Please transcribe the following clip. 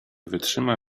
wytrzyma